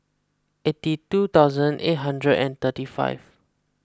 eighty two thousand eight hundred and thirty five